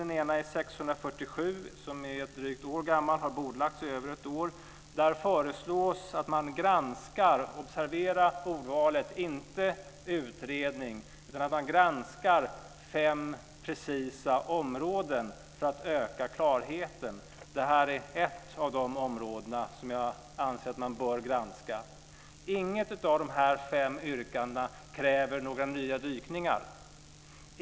Den ena är motion T647 som är drygt ett år gammal och har bordlagts i över ett år. Där föreslås att man granskar - observera ordvalet - och inte utreder fem precisa områden för att öka klarheten. Det här är ett av de områden som jag anser att man bör granska. Inget av dessa fem yrkanden kräver några nya dykningar.